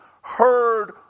heard